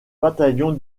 bataillon